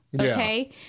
Okay